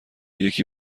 یکی